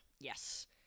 yes